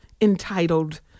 entitled